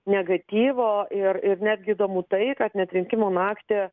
negatyvo ir ir netgi įdomu tai kad net rinkimų naktį